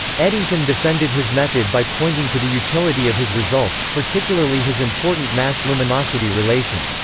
eddington defended his method by pointing to the utility of his results, particularly his important mass-luminosity relation.